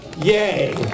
yay